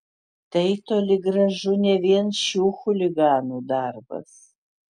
tai toli gražu ne vien šių chuliganų darbas